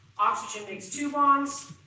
oxygen makes two bonds,